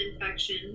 infection